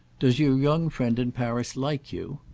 does your young friend in paris like you?